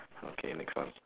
okay next one